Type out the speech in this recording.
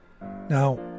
Now